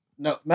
No